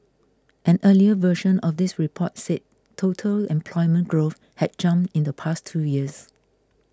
an earlier version of this report said total employment growth had jumped in the past two years